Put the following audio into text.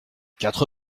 quatre